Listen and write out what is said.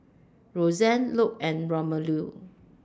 Rozanne Luc and Romello